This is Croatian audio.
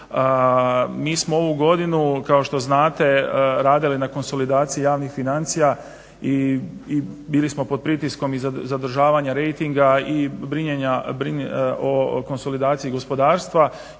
Mi smo ovu godinu kao što znate radili na konsolidaciji javnih financija i bili smo pod pritiskom i zadržava rejtinga i brinjenja o konsolidaciji gospodarstva